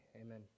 amen